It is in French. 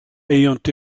ayant